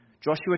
Joshua